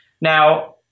Now